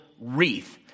wreath